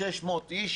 600 איש,